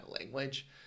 language